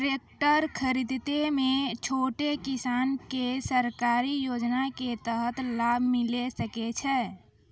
Tractor खरीदै मे छोटो किसान के सरकारी योजना के तहत लाभ मिलै सकै छै?